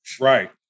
Right